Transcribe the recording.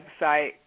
website